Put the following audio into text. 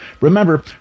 Remember